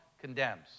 condemns